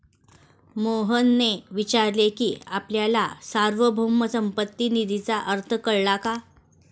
मोहनने विचारले की आपल्याला सार्वभौम संपत्ती निधीचा अर्थ कळला का?